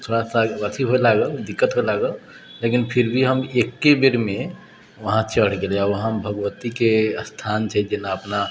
थोड़ासँ अथि हुये लागल दिक्कत हुये लागल लेकिन फिर भी हम एक्के बेरमे वहाँ चढ़ि गेलि आ वहाँ भगवतीके स्थान छै जेना अपना